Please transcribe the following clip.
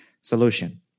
solution